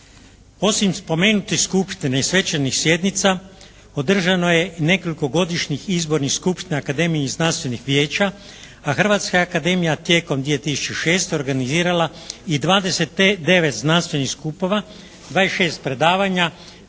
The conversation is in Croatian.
Osim spomenute skupštine i svečanih sjednica održano je i nekoliko godišnjih izbornih skupština Akademije i znanstvenih vijeća. A Hrvatska je akademija tijekom 2006. organizirala i 29 znanstvenih skupova, 26 predavanja,